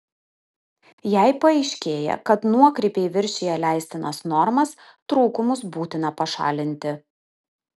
jei paaiškėja kad nuokrypiai viršija leistinas normas trūkumus būtina pašalinti